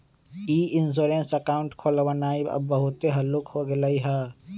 ई insurance account खोलबनाइ अब बहुते हल्लुक हो गेलइ ह